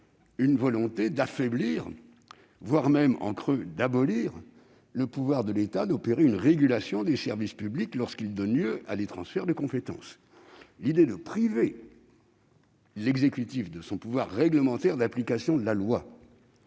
la volonté d'affaiblir, voire, en creux, d'abolir le pouvoir de l'État en matière de régulation des services publics lorsqu'ils donnent lieu à des transferts de compétences. L'idée de priver l'exécutif de son pouvoir réglementaire d'application de la loi